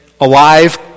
alive